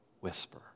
whisper